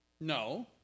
No